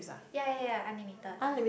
ya ya ya unlimited